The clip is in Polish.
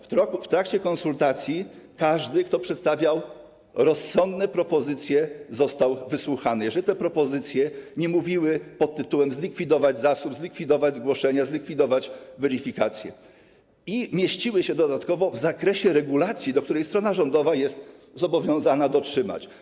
W trakcie konsultacji każdy, kto przedstawiał rozsądne propozycje, został wysłuchany, jeżeli te propozycje nie dotyczyły tego, aby zlikwidować zasób, zlikwidować zgłoszenie, zlikwidować weryfikację, i mieściły się dodatkowo w zakresie regulacji, której strona rządowa jest zobowiązana przestrzegać.